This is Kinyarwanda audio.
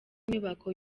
nyubako